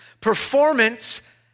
performance